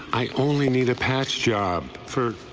i only need a patch job for,